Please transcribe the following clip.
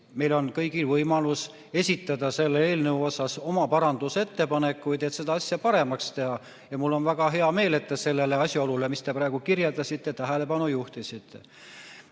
meil on kõigil võimalus esitada selle eelnõu kohta oma parandusettepanekuid, et seda asja paremaks teha. Ja mul on väga hea meel, et te sellele asjaolule, mis te praegu kirjeldasite, tähelepanu juhtisite.